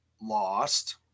lost